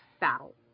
battle